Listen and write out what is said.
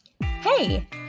Hey